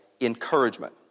encouragement